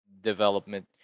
development